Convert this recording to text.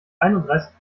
einunddreißig